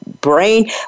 brain